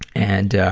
and,